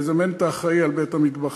לזמן את האחראי לבית-המטבחיים,